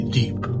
deep